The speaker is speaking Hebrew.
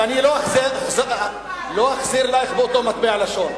ואני לא אחזיר לך באותו מטבע לשון.